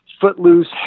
Footloose